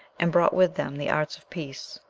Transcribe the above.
and brought with them the arts of peace.